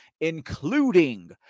including